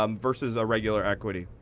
um versus a regular equity?